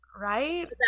Right